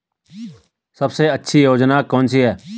सबसे अच्छी योजना कोनसी है?